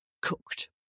cooked